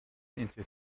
into